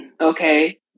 okay